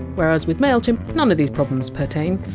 whereas, with mailchimp, none of these problems pertain!